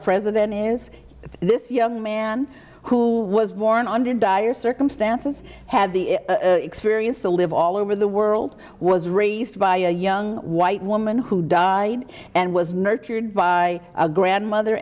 president is that this young man who was born under dire circumstances had the experience to live all over the world was raised by a young white woman who died and was nurtured by a grandmother